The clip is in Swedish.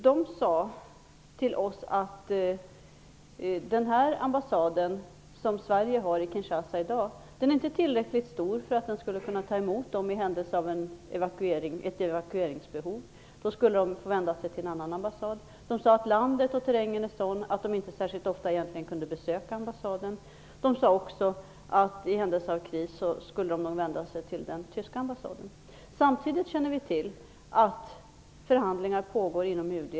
De sade till oss att den ambassad som Sverige i dag har i Kinshasa inte är tillräckligt stor för att kunna ta emot dem, om ett evakueringsbehov uppstår - då skulle de få vända sig till en annan ambassad. De sade vidare att landet och terrängen gör att de egentligen inte särskilt ofta kan besöka ambassaden. De sade också att de i händelse av kris nog skulle vända sig till den tyska ambassaden. Samtidigt känner vi till att förhandlingar pågår inom UD.